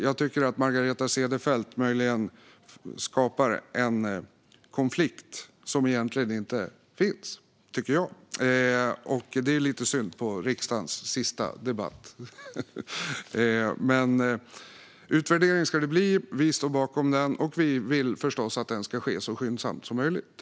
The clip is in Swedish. Jag tycker att Margareta Cederfelt möjligen skapar en konflikt som egentligen inte finns. Det är lite synd i riksdagens sista debatt. Men en utvärdering ska det bli. Vi står bakom den, och vi vill förstås att den ska ske så skyndsamt som möjligt.